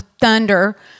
thunder